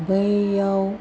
बैयाव